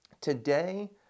today